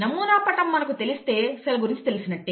నమూనా పటం మనకు తెలిస్తే సెల్ గురించి తెలిసినట్టే